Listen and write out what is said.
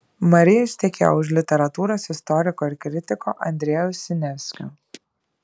marija ištekėjo už literatūros istoriko ir kritiko andrejaus siniavskio